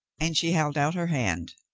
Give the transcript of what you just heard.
and she held out her hand.